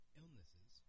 illnesses